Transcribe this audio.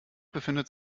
befindet